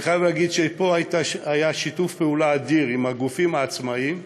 אני חייב להגיד שפה היה שיתוף פעולה אדיר עם גופי העצמאים,